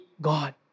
God